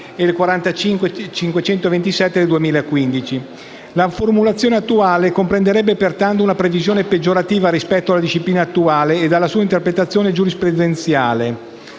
e 45527 del 2015). La formulazione attuale comprenderebbe pertanto una previsione peggiorativa rispetto la disciplina attuale e la sua interpretazione giurisprudenziale.